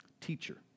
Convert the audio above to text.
Teacher